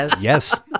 yes